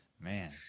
man